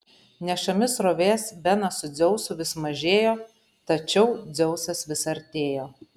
nešami srovės benas su dzeusu vis mažėjo tačiau dzeusas vis artėjo